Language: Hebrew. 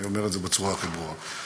אני אומר את זה בצורה הכי ברורה.